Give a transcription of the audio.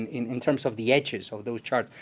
and in in terms of the edges of those charts,